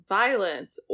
violence